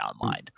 online